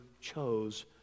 chose